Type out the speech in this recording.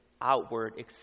outward